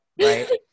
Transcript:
right